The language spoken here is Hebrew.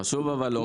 אבל חשוב לומר,